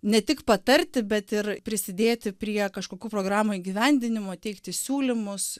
ne tik patarti bet ir prisidėti prie kažkokių programų įgyvendinimo teikti siūlymus